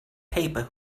paper